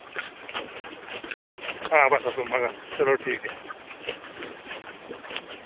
आं बस बस उआं करना चल ठीक ऐ